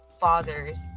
father's